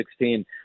2016